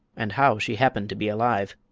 and how she happened to be alive.